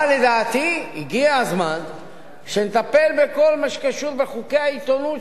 אבל לדעתי הגיע הזמן שנטפל בכל מה שקשור בחוקי העיתונות,